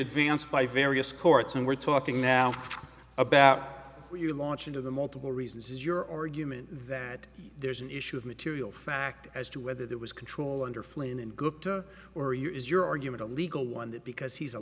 advanced by various courts and we're talking now about where you launch into the multiple reasons is your argument that there's an issue of material fact as to whether there was control under flynn and good or your is your argument a legal one that because he's a